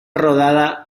rodada